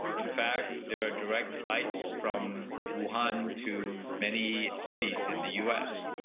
in fact there are direct flights from wuhan to many cities in the u s.